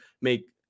make